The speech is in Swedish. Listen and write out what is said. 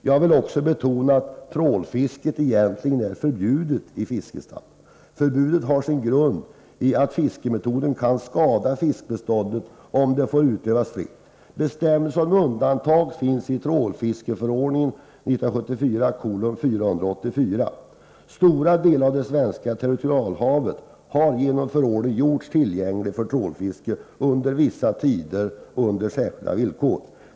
Jag vill också betona att trålfiske är förbjudet enligt fiskestadgan. Förbudet har sin grund i att fiskemetoden kan skada fiskbeståndet, om den får utövas fritt. Bestämmelser om undantag finns i trålfiskeförordningen 1979:484. Stora delar av det svenska territorialhavet har genom förordningen gjorts tillgängligt för trålfiske under vissa tider och under särskilda villkor.